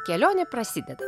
kelionė prasideda